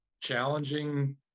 challenging